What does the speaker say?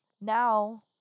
now